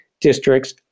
districts